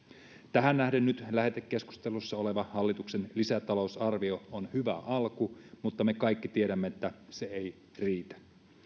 tähän nähden nyt lähetekeskustelussa oleva hallituksen lisätalousarvio on hyvä alku mutta me kaikki tiedämme että se ei riitä